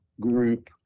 group